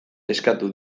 eskatu